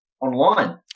online